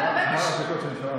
מה פתאום?